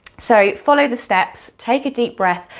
so, follow the steps, take a deep breath,